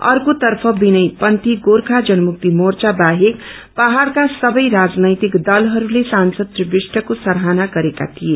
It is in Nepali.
अक्रेतर्फ विनयपन्यी गोर्खा जनमुक्ति मोर्चा बाहेक पहाइका सबै राजनैतिक दलहरूले सांसद श्री विष्टको सराहना गरेका थिए